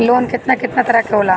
Loan केतना केतना तरह के होला?